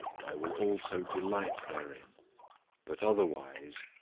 i will also delight therein but otherwise,